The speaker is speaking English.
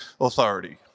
authority